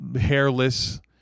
hairless